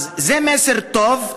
אז זה מסר טוב.